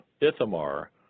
Ithamar